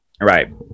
Right